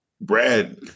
Brad